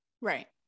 right